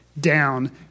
down